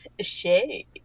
shade